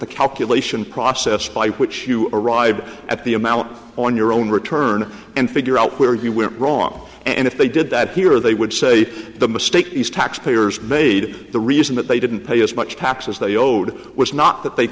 the calculation process by which you arrive at the amount on your own return and figure out where you went wrong and if they did that here they would say the mistake is taxpayers made the reason that they didn't pay as much perhaps as they owed was not that they